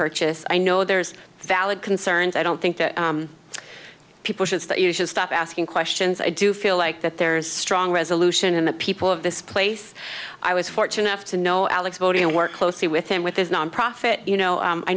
purchase i know there's valid concerns i don't think that people should that you should stop asking questions i do feel like that there is strong resolution and the people of this place i was fortunate enough to know alex go to and work closely with him with his nonprofit you know